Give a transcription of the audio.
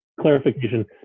clarification